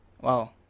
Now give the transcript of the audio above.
Wow